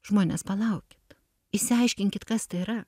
žmonės palaukit išsiaiškinkit kas tai yra